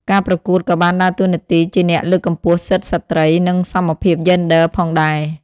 ការប្រកួតក៏បានដើរតួនាទីជាអ្នកលើកកម្ពស់សិទ្ធិស្រ្តីនិងសមភាពយេនឌ័រផងដែរ។